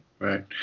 Right